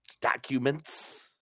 documents